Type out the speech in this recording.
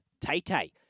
Tay-Tay